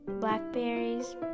Blackberries